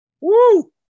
Woo